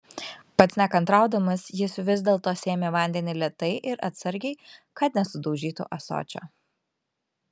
pats nekantraudamas jis vis dėlto sėmė vandenį lėtai ir atsargiai kad nesudaužytų ąsočio